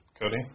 Cody